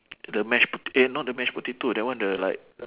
the mash pot~ eh not the mash potato that one the like